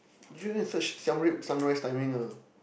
give a search Siam-Reap sunrise timing ah